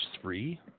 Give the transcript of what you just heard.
three